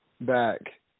back